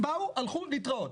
באו, הלכו, להתראות.